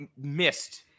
missed